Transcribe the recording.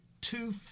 two